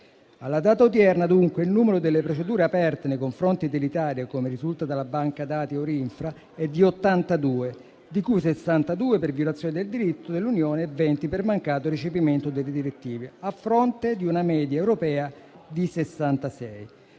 Alla data odierna, dunque, il numero delle procedure aperte nei confronti dell'Italia, come risulta dalla banca dati EUR-Infra, è di 82, di cui 62 per violazione del diritto dell'Unione e 20 per mancato recepimento delle direttive, a fronte di una media europea di 66.